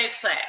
play